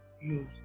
use